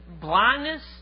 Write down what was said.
blindness